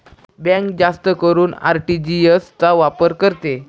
bank जास्त करून RTGS चा वापर करते